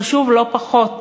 חשוב לא פחות,